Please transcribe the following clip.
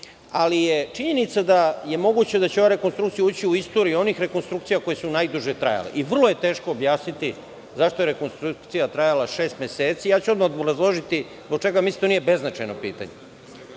ali je činjenica da je moguće da će ova rekonstrukcija ući u istoriju onih rekonstrukcija koje su najduže trajale i vrlo je teško objasniti zašto je rekonstrukcija trajala šest meseci. Odmah ću obrazložiti zbog čega mislim da to nije beznačajno pitanje. Šest